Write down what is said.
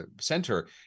center